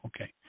okay